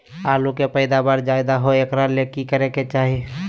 आलु के पैदावार ज्यादा होय एकरा ले की करे के चाही?